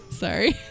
Sorry